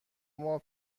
ماه